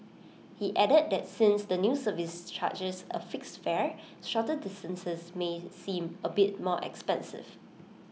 he added that since the new service charges A fixed fare shorter distances may seem A bit more expensive